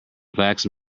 flax